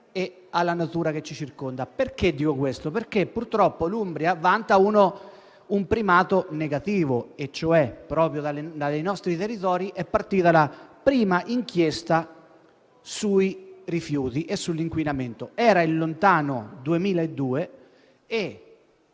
e alla natura che ci circonda. Dico questo perché - purtroppo - l'Umbria vanta un primato negativo, in quanto proprio dai nostri territori è partita la prima inchiesta sui rifiuti e sull'inquinamento. Era il lontano 2002